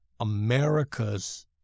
America's